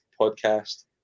podcast